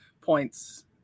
points